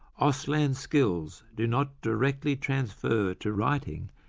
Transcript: auslan skills do not directly transfer to writing,